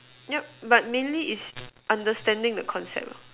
yeah but mainly its understanding the concept